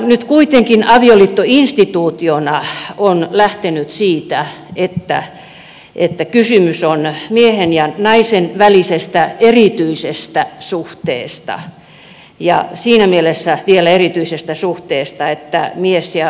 nyt kuitenkin avioliitto instituutiona on lähtenyt siitä että kysymys on miehen ja naisen välisestä erityisestä suhteesta ja vielä siinä mielessä erityisestä suhteesta että mies ja